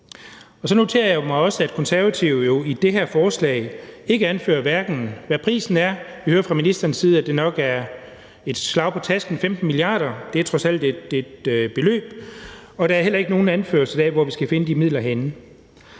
Jeg noterer mig også, at Konservative jo i det her forslag ikke anfører, hvad prisen er. Vi hører fra ministerens side, at det nok er 15 mia. kr. – et slag på tasken. Det er trods alt et beløb. Og der er heller ikke nogen anførsel af, hvor vi skal finde de midler henne.